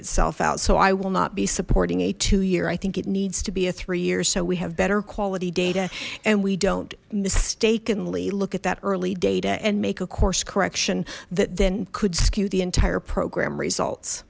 itself out so i will not be supporting a two year i think it needs to be a three year so we have better quality data and we don't mistakenly look at that early data and make a course correction that then could skew the entire program results